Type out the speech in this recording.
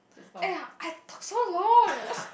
!aiya! I talk so long